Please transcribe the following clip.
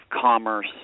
commerce